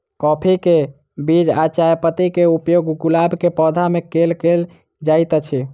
काफी केँ बीज आ चायपत्ती केँ उपयोग गुलाब केँ पौधा मे केल केल जाइत अछि?